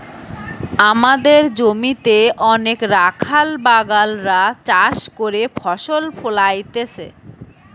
আমদের জমিতে অনেক রাখাল বাগাল রা চাষ করে ফসল ফোলাইতেছে